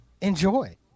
Enjoy